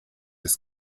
des